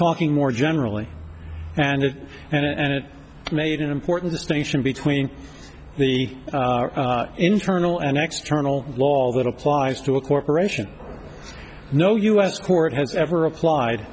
talking more generally and it and it made an important distinction between the internal and external law that applies to a corporation no u s court has ever applied